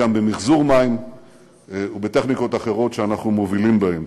גם במיחזור מים ובטכנולוגיות אחרות שאנחנו מובילים בהן,